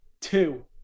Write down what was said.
two